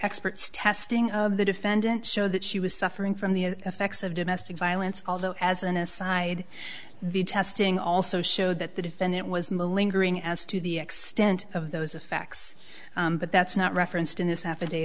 experts testing of the defendant show that she was suffering from the effects of domestic violence although as an aside the testing also showed that the defendant was milling gring as to the extent of those effects but that's not referenced in this